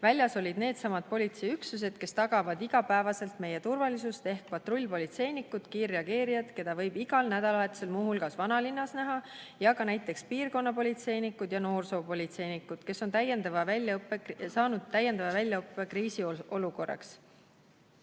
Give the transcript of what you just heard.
Väljas olid needsamad politseiüksused, kes tagavad igapäevaselt meie turvalisust, ehk patrullpolitseinikud, kiirreageerijad, keda võib igal nädalavahetusel muu hulgas vanalinnas näha, ja ka näiteks piirkonnapolitseinikud ja noorsoopolitseinikud, kes on saanud täiendava väljaõppe kriisiolukorraks.